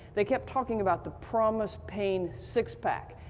they kept talking about the promis pain six pack.